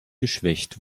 geschwächt